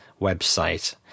website